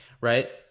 right